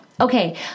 Okay